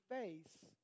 face